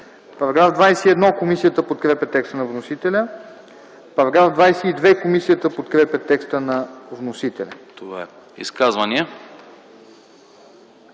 за § 20. Комисията подкрепя текста на вносителя за § 21. Комисията подкрепя текста на вносителя